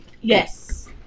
Yes